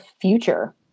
future